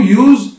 use